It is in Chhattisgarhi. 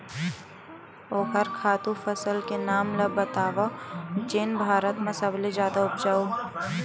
ओखर खातु फसल के नाम ला बतावव जेन भारत मा सबले जादा उपज?